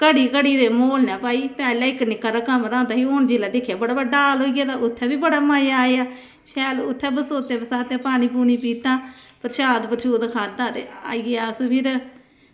घड़ी घड़े दे मूड़ न भई पैह्लें इक कमरा होंदा ई हून जेल्लै दिक्खेआ ते बड़ा बड्डा हॉल होई गेदा ऐ ते उत्थें बी बड़ा मजा आया शैल उत्थें बसौते ते पानी पीता प्रशाद खाद्धा ते आई गे अस ते